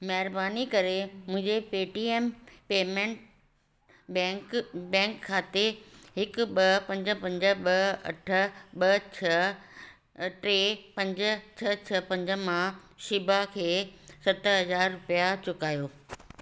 महिरबानी करे मुंहिंजे पेटीएम पेमेंटस बैंक बैंक खाते हिकु ॿ पंज पंज ॿ अठ ॿ छह टे पंज छह छह पंज मां शीबा खे सत हज़ार रुपिया चुकायो